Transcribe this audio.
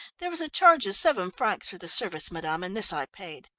there was a charge of seven francs for the service, madame, and this i paid.